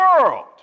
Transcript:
world